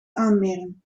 aanmeren